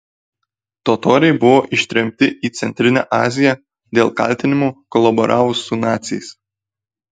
totoriai buvo ištremti į centrinę aziją dėl kaltinimų kolaboravus su naciais